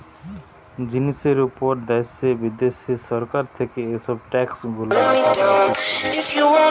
জিনিসের উপর দ্যাশে বিদ্যাশে সরকার থেকে এসব ট্যাক্স গুলা কাটতিছে